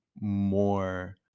more